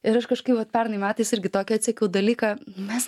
ir aš kažkaip va pernai metais irgi tokį atsekiau dalyką mes